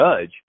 judge